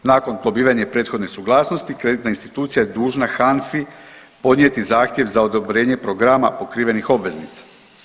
Nakon dobivene prethodne suglasnosti kreditna institucija je dužna HANFI podnijeti zahtjev za odobrenje programa pokrivenih obveznica.